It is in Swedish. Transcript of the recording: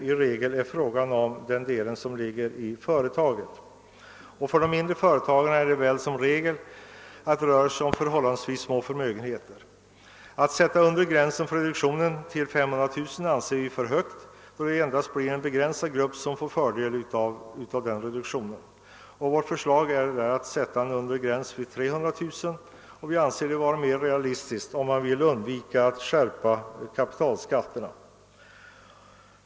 I regel rör det sig dessutom om förhållandevis små förmögenheter. Vi anser därför som sagt att den undre gränsen för reduktion av förmögenhetsskatten bör sänkas; om den sätts vid 500 000 kr. blir det en mycket liten grupp som kan dra fördel av den. Det är enligt vår mening mer realistiskt att sätta gränsen vid 300 000 kr. om man vill undvika att skärpa kapitalskatterna.